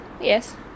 Yes